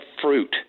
fruit